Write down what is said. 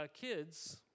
kids